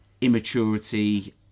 immaturity